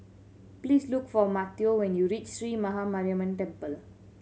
please look for Mateo when you reach Sree Maha Mariamman Temple